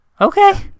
Okay